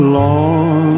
long